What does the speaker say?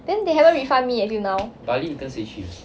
then they haven't refund me until now